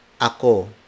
ako